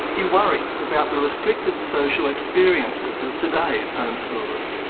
he worries about the restricted social experiences of today's homeschoolers.